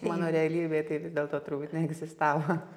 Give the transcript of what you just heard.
mano realybėj tai vis dėlto turbūt neegzistavo